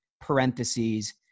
parentheses